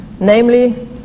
namely